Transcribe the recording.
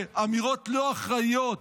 ואמירות לא אחראיות,